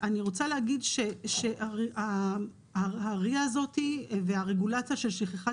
אני רוצה להגיד שה-RIA הזאת והרגולציה של שכחת